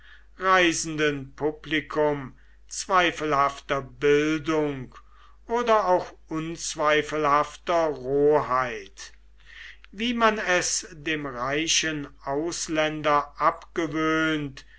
reisenden publikum zweifelhafter bildung oder auch unzweifelhafter rohen wie man es dem reichen ausländer abgewöhnt